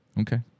Okay